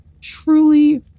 truly